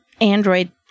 Android